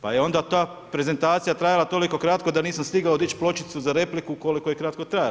Pa je onda ta prezentacija trajala toliko kratko, da nisam stigao dići pločicu za repliku koliko je kratko trajala.